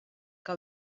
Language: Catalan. que